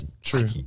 True